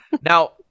Now